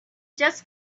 just